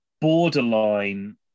borderline